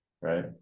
right